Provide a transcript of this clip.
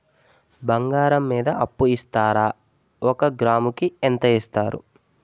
బంగారం మీద అప్పు ఇస్తారా? ఒక గ్రాము కి ఎంత ఇస్తారు?